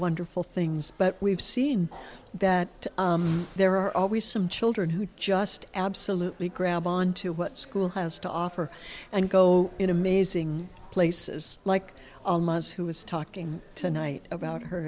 wonderful things but we've seen that there are always some children who just absolutely grab on to what school has to offer and go in amazing places like who is talking tonight about her